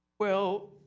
well,